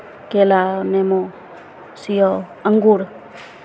केरा नेमो सेव अंगूर